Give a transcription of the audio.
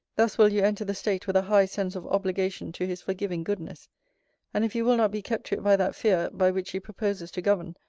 thus will you enter the state with a high sense of obligation to his forgiving goodness and if you will not be kept to it by that fear, by which he proposes to govern,